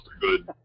good